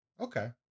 okay